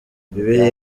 bibiliya